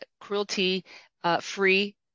cruelty-free